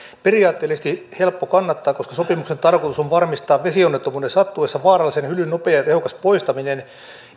periaatteellisesti helppo kannattaa koska sopimuksen tarkoitus on varmistaa vesionnettomuuden sattuessa vaarallisen hylyn nopea ja tehokas poistaminen